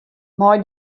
mei